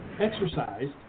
exercised